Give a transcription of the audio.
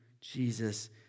Jesus